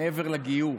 מעבר לגיור.